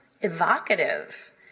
evocative